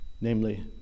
namely